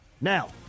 now